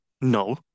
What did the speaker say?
No